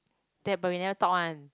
that but we never talk one